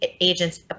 agents